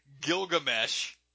Gilgamesh